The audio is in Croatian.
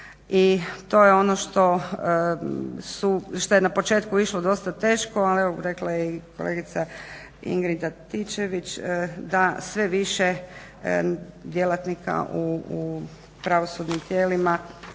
I to je ono šta je na početku išlo dosta teško, ali evo rekla je i kolegica Ingrid Antičević da sve više djelatnika u pravosudnim tijelima